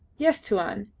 yes, tuan.